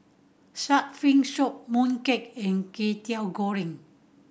shark fin soup mooncake and Kwetiau Goreng